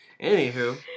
Anywho